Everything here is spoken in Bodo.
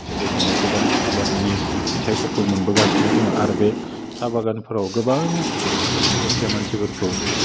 बे बायदिनो गोबां आबादनि बिथाइफोरखौ मोनबोगासिनो दङ आरो बे साहा बागानफ्राव गोबां दुखिया मानसिफोरखौ